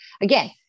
Again